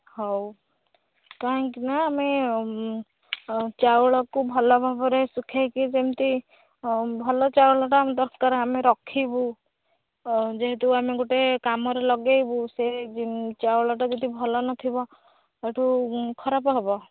ହଉ କାହିଁକିନା ଆମେ ଚାଉଳକୁ ଭଲ ଭାବରେ ଶୁଖେଇକି ଯେମିତି ଭଲ ଚାଉଳଟା ଆମର ଦରକାର ଆମେ ରଖିବୁ ଯେହେତୁ ଆମେ ଗୋଟେ କାମରେ ଲଗେଇବୁ ସେ ଚାଉଳଟା ଯଦି ଭଲ ନଥିବ ସେଇଠୁ ଖରାପ ହେବ